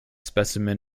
specimen